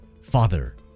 Father